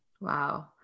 Wow